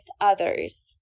others